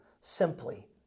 simply